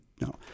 no